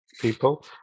people